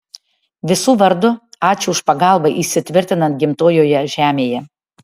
visų vardu ačiū už pagalbą įsitvirtinant gimtojoje žemėje